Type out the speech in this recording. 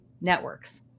networks